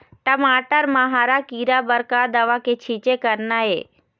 टमाटर म हरा किरा बर का दवा के छींचे करना ये?